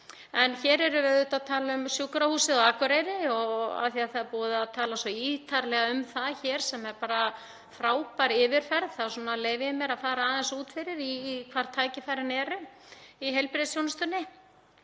Hér erum við auðvitað að tala um Sjúkrahúsið á Akureyri og af því að það er búið að tala svo ítarlega um það hér, sem er bara frábær yfirferð, þá leyfi ég mér að fara aðeins út fyrir það og í hvar tækifærin eru í heilbrigðisþjónustunni.